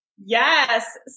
Yes